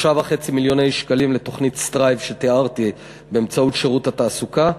3.5 מיליון שקלים לתוכנית "סטרייב" שתיארתי באמצעות שירות התעסוקה,